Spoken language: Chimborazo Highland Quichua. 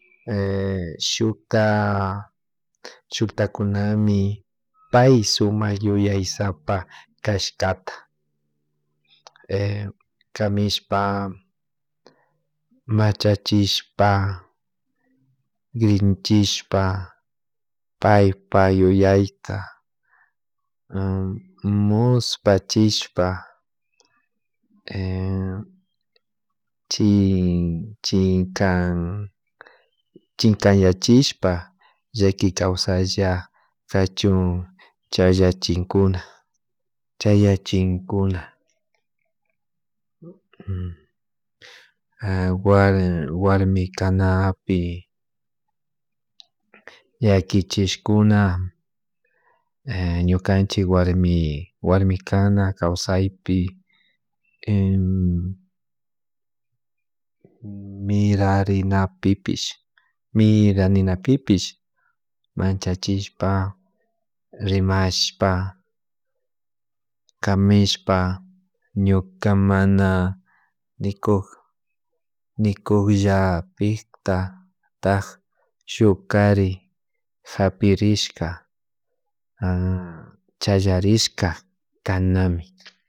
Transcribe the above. shukta shutakunami pay sumak yuyay sapa kashkata kamishpa, machachishpa, grinchikpa paypak yuyayta muspachishpa chin chikan chikanyachishpa llaki kawsalla kachun challachikuna chayachinkuna warmikanapi yakichishkuna ñukachik warmi warmikana kawsaypi mirarinapipish, miraninapipish manchachishpa rimashpa kamishpa ñuka mana nikuk nikukllapitak shuk kari japirishka challarishka kanami